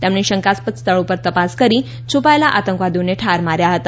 તેમણે શંકાસ્પદ સ્થળો પર તપાસ કરી છુપાયેલા આતંકવાદીઓને ઠાર માર્યા હતા